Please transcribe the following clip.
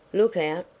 look out,